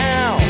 Now